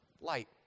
light